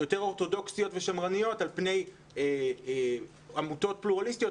יותר אורתודוכסיות ושמרניות על פני עמותות פלורליסטיות?